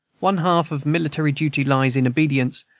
one half of military duty lies in obedience,